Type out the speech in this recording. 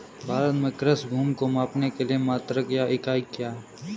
भारत में कृषि भूमि को मापने के लिए मात्रक या इकाई क्या है?